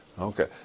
Okay